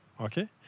Okay